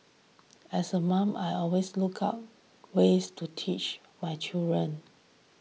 as a mom I always look out ways to teach my children